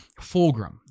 Fulgrim